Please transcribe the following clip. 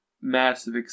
massive